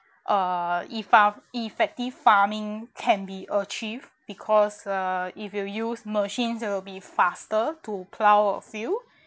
uh effe~ effective farming can be achieved because uh if you use machines it will be faster to plough a field